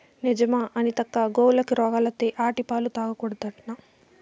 నిజమా అనితక్కా, గోవులకి రోగాలత్తే ఆటి పాలు తాగకూడదట్నా